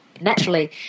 naturally